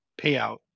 payout